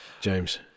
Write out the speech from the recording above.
James